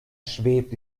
schwebt